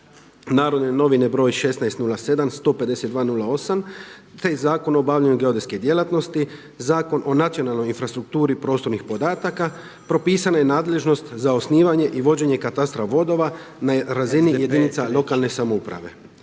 Narodne novine broj 16/07., 152/08. te Zakon o obavljanju geodetske djelatnosti; Zakon o nacionalnoj infrastrukturi prostornih podataka propisana je nadležnost za osnivanje i vođenje katastra vodova na razini jedinica lokalne samouprave.